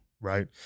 Right